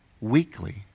weekly